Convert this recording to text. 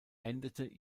endete